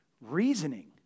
reasoning